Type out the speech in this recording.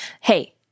hey